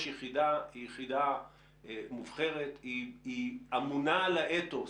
יש יחידה, היא יחידה מובחרת, היא אמונה על האתוס